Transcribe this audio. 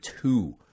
two